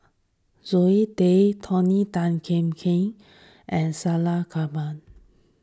Zoe Tay Tony Tan Keng Yam and Salleh Japar